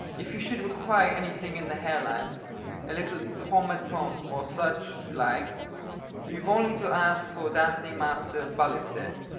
if you should require anything in the hair line a little pomatum or such like you've only to ask for dancing-master ballested.